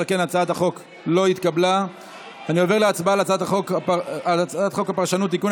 ההצעה להעביר לוועדה את הצעת חוק הפרשנות (תיקון,